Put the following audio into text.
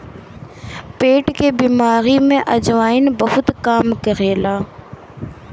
पेट के बेमारी में अजवाईन बहुते काम करेला